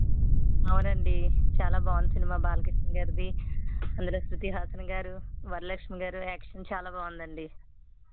అవునండి చాలా బోంది సినిమా బాలకృష్ణ గారిది అందులో శృతిహాసన్ గారు వరలక్ష్మి గారు యాక్షన్ చాలా బోందండి